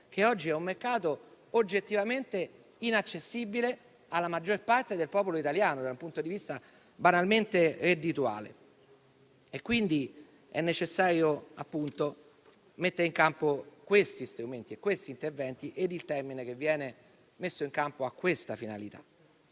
che oggi è oggettivamente inaccessibile alla maggior parte del popolo italiano da un punto di vista banalmente reddituale. È necessario mettere in campo questi strumenti e questi interventi ed il termine che viene messo in campo ha questa finalità.